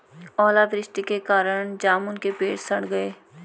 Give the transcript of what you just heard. ओला वृष्टि के कारण जामुन के पेड़ सड़ गए